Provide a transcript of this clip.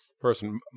person